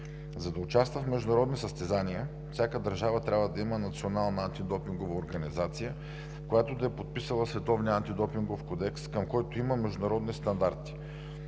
За да участва в международни състезания, всяка държава трябва да има национална антидопингова организация, която да е подписала Световния антидопингов кодекс, към който има международни стандарти.